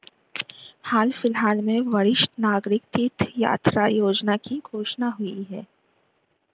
हाल फिलहाल में वरिष्ठ नागरिक तीर्थ यात्रा योजना की घोषणा हुई है